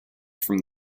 from